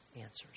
answers